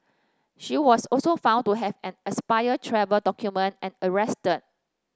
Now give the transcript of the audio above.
she was also found to have an expired travel document and arrested